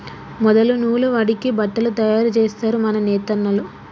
మొదలు నూలు వడికి బట్టలు తయారు జేస్తరు మన నేతన్నలు